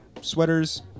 sweaters